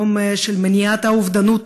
יום למניעת אובדנות